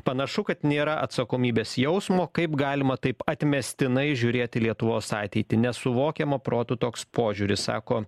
panašu kad nėra atsakomybės jausmo kaip galima taip atmestinai žiūrėt į lietuvos ateitį nesuvokiama protu toks požiūris sako